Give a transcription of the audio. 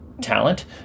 talent